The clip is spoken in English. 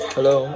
Hello